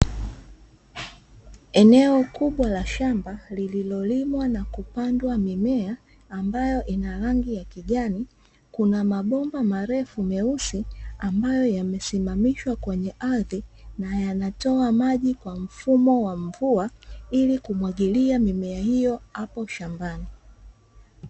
Eneo kubwa la shamba lililolimwa na kupandwa mimea ambayo ni ya rangi ya kijani, kuna mabomba marefu meusi ambayo yamesimamishwa kwenye ardhi, na yanatoia maji kwa mfumo wa mvua ili kumwagilia mimea hiyo hapo shambani.